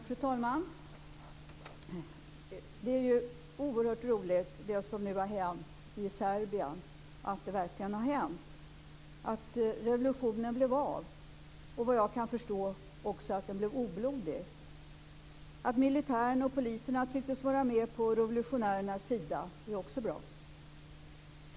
Fru talman! Det är oerhört roligt att det som nu har hänt i Serbien verkligen har hänt, att revolutionen blev av och att den, såvitt jag kan förstå, blev oblodig. Att militären och poliserna tycktes vara med på revolutionärernas sida är också bra.